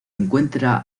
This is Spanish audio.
encuentra